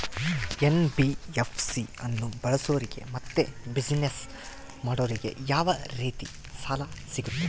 NBFC ಅನ್ನು ಬಳಸೋರಿಗೆ ಮತ್ತೆ ಬಿಸಿನೆಸ್ ಮಾಡೋರಿಗೆ ಯಾವ ರೇತಿ ಸಾಲ ಸಿಗುತ್ತೆ?